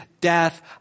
death